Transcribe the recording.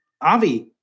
Avi